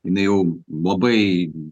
jinai jau labai